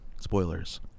Spoilers